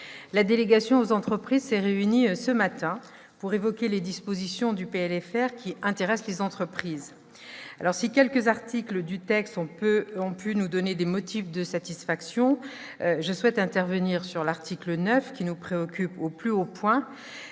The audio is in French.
la délégation aux entreprises s'est réunie ce matin pour évoquer les dispositions du PLFR pour 2017 qui intéressent les entreprises. Si quelques articles du texte ont pu nous donner des motifs de satisfaction, je souhaite intervenir sur l'article 9, qui nous préoccupe au plus haut point.